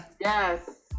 Yes